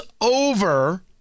over